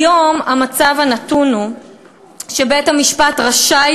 כיום המצב הנתון הוא שבית-המשפט רשאי